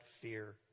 fear